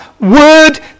word